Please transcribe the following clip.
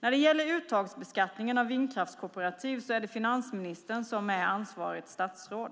När det gäller uttagsbeskattningen av vindkraftskooperativ är det finansministern som är ansvarigt statsråd.